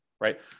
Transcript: right